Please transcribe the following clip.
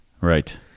Right